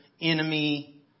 enemy